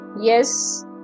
Yes